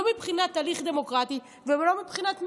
לא מבחינת תהליך דמוקרטי וגם לא מבחינת מהות.